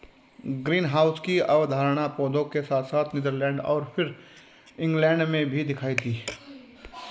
greenhouse की अवधारणा पौधों के साथ साथ नीदरलैंड और फिर इंग्लैंड में भी दिखाई दी